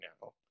now